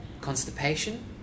constipation